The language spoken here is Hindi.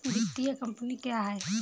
वित्तीय कम्पनी क्या है?